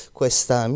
questa